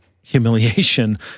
humiliation